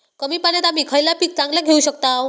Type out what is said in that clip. कमी पाण्यात आम्ही खयला पीक चांगला घेव शकताव?